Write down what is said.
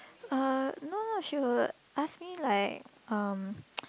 uh no no she would ask me like um